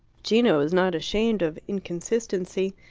gino is not ashamed of inconsistency.